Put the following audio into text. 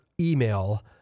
email